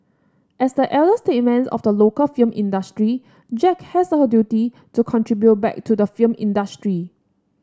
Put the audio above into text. as the elder statesman of the local film industry Jack has a duty to contribute back to the film industry